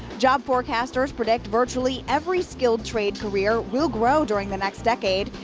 job forecasters predict virtually every skilled trade career will grow during the next decade.